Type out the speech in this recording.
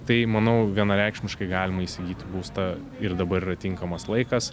tai manau vienareikšmiškai galima įsigyti būstą ir dabar yra tinkamas laikas